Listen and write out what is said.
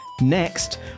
Next